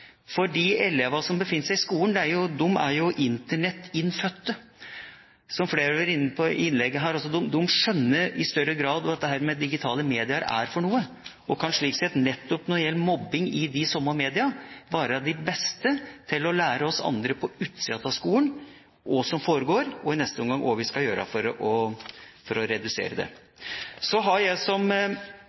For de elevene som befinner seg i skolen, er jo Internett-innfødte, som flere har vært inne på i innleggene her. De skjønner i større grad hva digitale medier er, og kan slik sett, nettopp når det gjelder mobbing i de samme mediene, være de beste til å lære oss andre som er på utsida av skolen, hva som foregår, og i neste omgang hva vi skal gjøre for å redusere det. Så har jeg, som